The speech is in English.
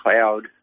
Cloud